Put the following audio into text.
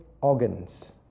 organs